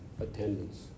attendance